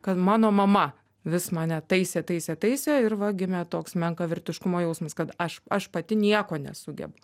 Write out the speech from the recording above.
kad mano mama vis mane taisė taisė taisė ir va gime toks menkavertiškumo jausmas kad aš aš pati nieko nesugebu